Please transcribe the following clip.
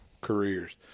careers